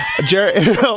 Jared